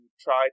try